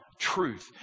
truth